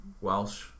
Welsh